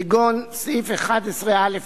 כגון סעיף 11(א1)